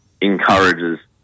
encourages